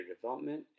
Development